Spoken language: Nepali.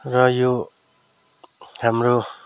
र यो हाम्रो